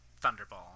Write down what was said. Thunderball